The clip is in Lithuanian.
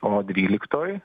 o dvyliktoj